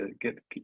get